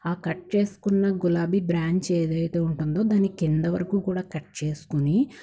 ఆ కట్ చేసుకున్న గులాబీ బ్రాంచ్ ఏదైతే ఉంటుందో దాని కింద వరకు కూడా కట్ చేసుకుని